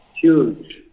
huge